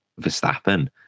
Verstappen